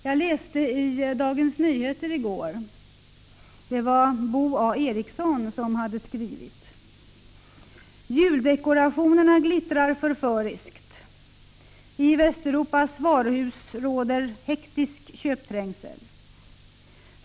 I gårdagens Dagens Nyheter läste jag en artikel som Bo A Ericsson hade skrivit. Den inleddes med följande: ”Juldekorationerna glittrar förföriskt, i Västeuropas varuhus råder hektisk köpträngsel.